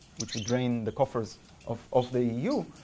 which would drain the coffers of of the eu.